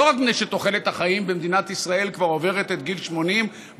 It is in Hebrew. ולא רק מפני שתוחלת החיים במדינת ישראל כבר עוברת את גיל 80,